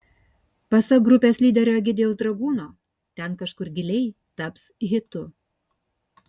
pasak grupės lyderio egidijaus dragūno ten kažkur giliai taps hitu